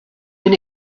been